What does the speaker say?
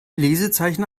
lesezeichen